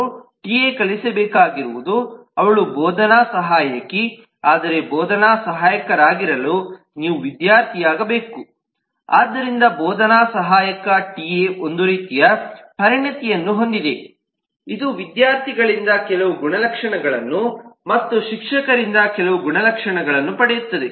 TA ಕಲಿಸಬೇಕಾಗಿರುವುದು ಅವಳು ಬೋಧನಾ ಸಹಾಯಕಿ ಆದರೆ ಬೋಧನಾ ಸಹಾಯಕರಾಗಿರಲು ನೀವು ವಿದ್ಯಾರ್ಥಿಯಾಗಬೇಕು ಆದ್ದರಿಂದ ಬೋಧನಾ ಸಹಾಯಕ ಟಿಎ ಒಂದು ರೀತಿಯ ಪರಿಣತಿಯನ್ನು ಹೊಂದಿದೆ ಇದು ವಿದ್ಯಾರ್ಥಿಗಳಿಂದ ಕೆಲವು ಗುಣಲಕ್ಷಣಗಳನ್ನು ಮತ್ತು ಶಿಕ್ಷಕರಿಂದ ಕೆಲವು ಗುಣಲಕ್ಷಣಗಳನ್ನು ಪಡೆಯುತ್ತದೆ